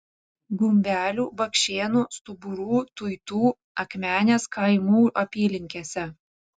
gumbelių bakšėnų stuburų tuitų akmenės kaimų apylinkėse